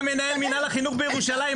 היה מנהל מינהל החינוך בירושלים,